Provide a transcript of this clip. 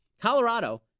Colorado